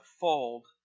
fold